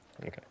Okay